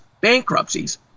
bankruptcies